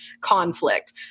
conflict